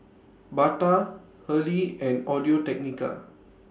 Bata Hurley and Audio Technica